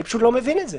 אני פשוט לא מבין את זה.